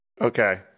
Okay